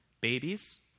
Babies